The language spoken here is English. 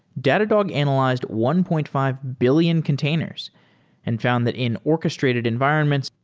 datadog analyzed one point five billion containers and found that in orchestrated environments,